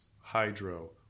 hydro